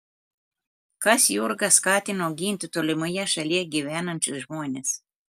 kas jurgą skatino ginti tolimoje šalyje gyvenančius žmones